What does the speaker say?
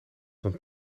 dan